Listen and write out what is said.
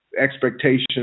expectations